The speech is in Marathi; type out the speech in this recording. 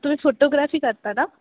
तुम्ही फोटोग्राफी करता ना